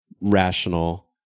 rational